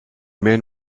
men